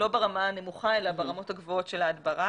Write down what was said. לא ברמה הנמוכה אלא ברמות הגבוהות של ההדברה.